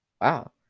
Wow